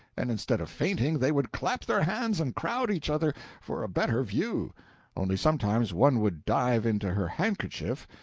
and instead of fainting they would clap their hands and crowd each other for a better view only sometimes one would dive into her handkerchief,